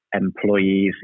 employees